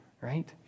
right